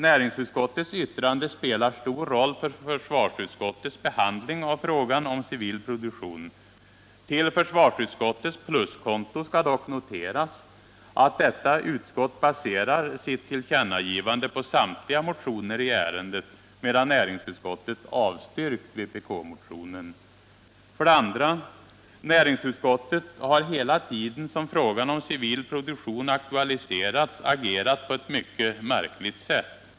Näringsutskottets yttrande spelar en stor roll för försvarsutskottets behandling av frågan om civil produktion. På försvarsutskottets pluskonto skall dock noteras att detta utskott baserar sitt tillkännagivande på samtliga motioner i ärendet, medan näringsutskottet avstyrkt vpk-motionen. 2. Näringsutskottet har hela tiden som frågan om civil produktion aktualiserats agerat på ett mycket märkligt sätt.